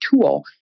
tool